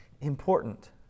important